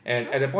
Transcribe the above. true